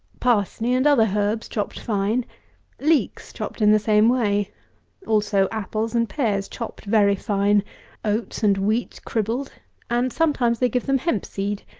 parsley and other herbs chopped fine leeks chopped in the same way also apples and pears chopped very fine oats and wheat cribbled and sometimes they give them hemp-seed,